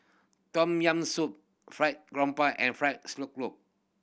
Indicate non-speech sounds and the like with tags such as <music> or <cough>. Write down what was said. Tom Yam Soup Fried Garoupa and fried <unintelligible>